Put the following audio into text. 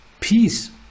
peace